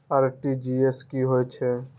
RTGS की होय छै